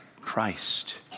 Christ